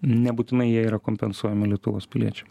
nebūtinai jie yra kompensuojami lietuvos piliečiam